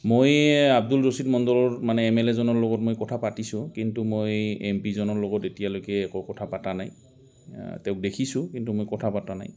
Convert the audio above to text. মই আব্দুল ৰচিদ মণ্ডলৰ মানে এম এল এ জনৰ লগত মই কথা পাতিছোঁ কিন্তু মই এম পি জনৰ লগত এতিয়ালৈকে একো কথা পাতা নাই তেওঁক দেখিছোঁ কিন্তু মই কথা পাতা নাই